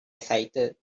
excited